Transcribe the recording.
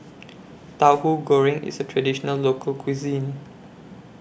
Tauhu Goreng IS A Traditional Local Cuisine